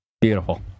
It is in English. Beautiful